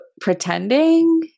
pretending